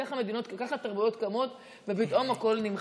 ככה תרבויות קמות, ופתאום הכול נמחק.